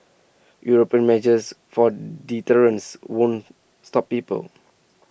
european measures of deterrence won't stop people